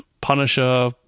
Punisher